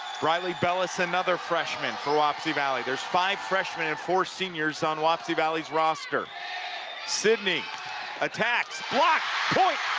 briley bellis, another freshman for wapsie valley there's five freshmen and four seniors on wapsie valley's roster sidney attacks blocked point,